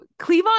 Cleavon